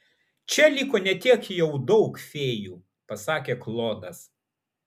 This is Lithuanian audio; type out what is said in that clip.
čia liko ne tiek jau daug fėjų pasakė klodas